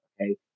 Okay